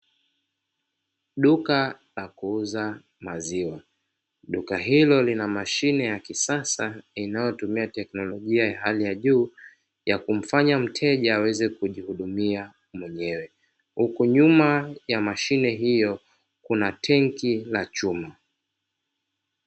Duka la kuuza maziwa. Duka hilo lina mashine ya kisasa inayotumia teknolojia ya hali ya juu ya kumfanya mteja aweze kujihudumia mwenyewe, huku nyuma ya mashine hiyo kuna tenki la chuma.